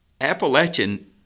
Appalachian